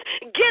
Get